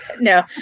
No